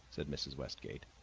said mrs. westgate,